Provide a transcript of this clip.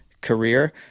career